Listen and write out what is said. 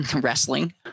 wrestling